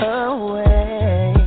away